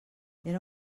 era